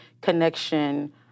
connection